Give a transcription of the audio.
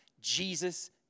Jesus